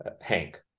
Hank